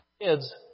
kids